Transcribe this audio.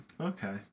Okay